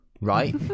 Right